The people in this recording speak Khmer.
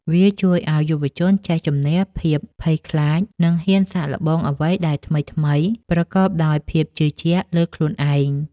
វាជួយឱ្យយុវជនចេះជម្នះភាពភ័យខ្លាច និងហ៊ានសាកល្បងអ្វីដែលថ្មីៗប្រកបដោយភាពជឿជាក់លើខ្លួនឯង។